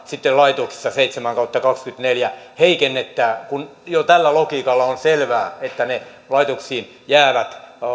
sitten henkilöstömitoitusta laitoksissa seitsemän kautta kahteenkymmeneenneljään heikennetään kun jo tällä logiikalla on selvää että ne laitoksiin jäävät